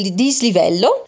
dislivello